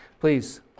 Please